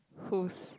who's